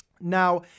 Now